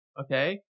okay